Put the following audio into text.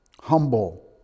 humble